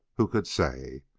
who could say?